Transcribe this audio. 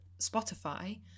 Spotify